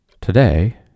Today